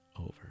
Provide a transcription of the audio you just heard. over